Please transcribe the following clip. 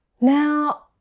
Now